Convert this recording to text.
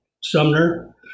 Sumner